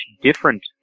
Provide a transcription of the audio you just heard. different